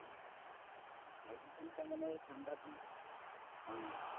অঁ শ্বলকেইখন মানে এই ঠাণ্ডাদিন অঁ